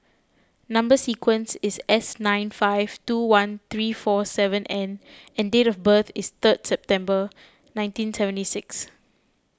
Number Sequence is S nine five two one three four seven N and date of birth is third September nineteen seventy six